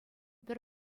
пӗр